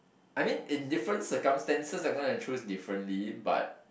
I mean in different circumstances I'm gonna choose differently but